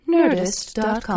Nerdist.com